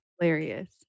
hilarious